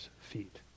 feet